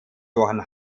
johann